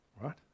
right